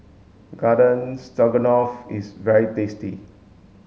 Garden Stroganoff is very tasty